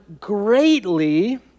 greatly